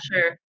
sure